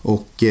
Och